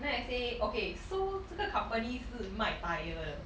then I say okay so 这个 company 是卖 tyre 的